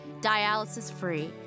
dialysis-free